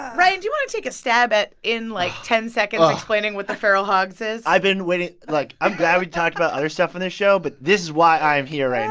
ryan, do you want to take a stab at in, like, ten seconds, explaining what the feral hogs is? i've been waiting like, i'm glad we talked about other stuff on this show. but this is why i'm here right